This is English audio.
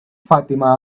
fatima